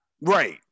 Right